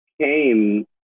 came